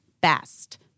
best